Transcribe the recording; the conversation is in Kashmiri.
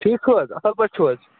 ٹھیٖک چھِو حظ اَصٕل پٲٹھۍ چھِو حظ